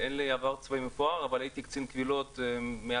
אין לי עבר צבאי מפואר אבל הייתי קצין קבילות מ-2001-2004,